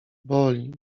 boli